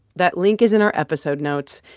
that link is in our episode notes.